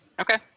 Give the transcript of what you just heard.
Okay